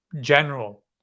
general